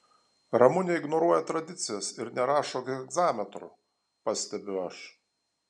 ramunė ignoruoja tradicijas ir nerašo hegzametru pastebiu aš